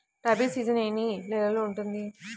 Rabi season ఎన్ని నెలలు ఉంటుంది?